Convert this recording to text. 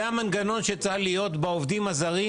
זה בדיוק אותו המנגנון שצריך להיות עם העובדים הזרים.